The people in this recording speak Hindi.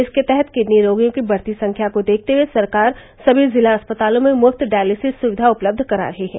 इसके तहत किडनी रोगियों की बड़त संख्या को देखते हये सरकार सभी जिला अस्पतालों में मृफ्त डायलिसिस सुविघा उपलब्ध करा रही है